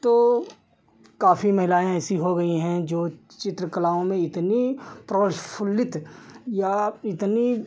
तो काफ़ी महिलाएँ ऐसी हो गई हैं जो चित्रकलाओं में इतनी प्रफ़ुल्लित या इतनी